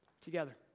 together